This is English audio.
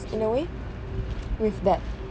in a way with that